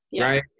right